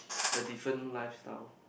a different lifestyle